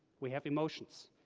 we have emotions,